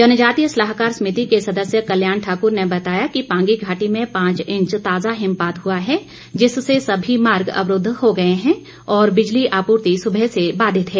जनजातीय सलाहकार समिति के सदस्य कल्याण ठाकुर ने बताया कि पांगी घाटी में पांच इंच ताजा हिमपात हुआ है जिससे सभी मार्ग अवरूद्व हो गए हैं और बिजली आपूर्ति सुबह से बाधित है